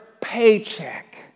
paycheck